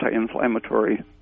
anti-inflammatory